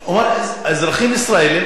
הוא אמר: אזרחים ישראלים.